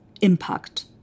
impact